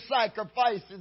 sacrifices